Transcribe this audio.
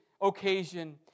occasion